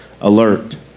alert